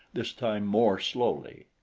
this time more slowly.